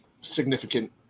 significant